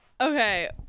Okay